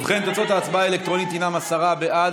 ובכן, תוצאות ההצבעה האלקטרונית הן עשרה בעד.